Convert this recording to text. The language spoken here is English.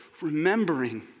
remembering